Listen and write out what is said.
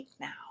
now